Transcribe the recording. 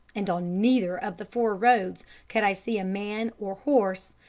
and on neither of the four roads could i see a man or horse,